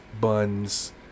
buns